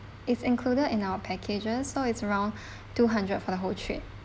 is included in our packages so it's around two hundred for the whole trip